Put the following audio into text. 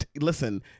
listen